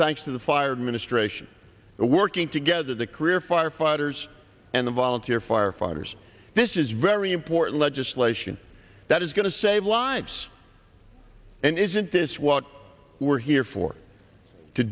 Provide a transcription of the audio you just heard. thanks to the fired ministration and working together the career firefighters and the volunteer firefighters this is very important legislation that is going to save lives and isn't this what we're here for to